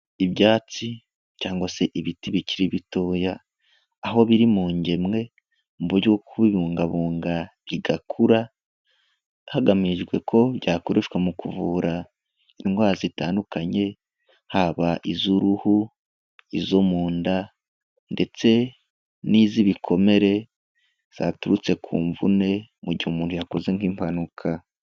Ibyatsi cyangwa se ibiti bikiri bitoya aho biri mu ngemwe mu buryo byo kubibungabunga bigakura hagamijwe ko byakoreshwa mu kuvura indwara zitandukanye haba iz'uruhu, izo mu nda ndetse n'iz'ibikomere zaturutse ku mvune mu gihe umuntu yakoze nk'impanuka.